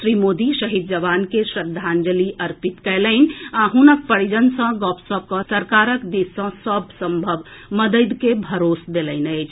श्री मोदी शहीद जवान के श्रद्धांजलि अर्पित कएलनि आ हुनक परिजन सँ गपशप कऽ सरकारक दिस सँ सभ सम्भव मददि के भरोस देलनि अछि